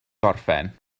gorffen